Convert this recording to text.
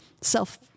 self